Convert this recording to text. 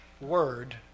word